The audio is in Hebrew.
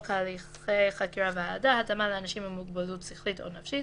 הליכי חקירה והעדה (התאמה לאנשים עם מוגבלות שכלית או נפשית),